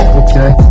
okay